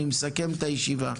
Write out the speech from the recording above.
אני מסכם את הישיבה.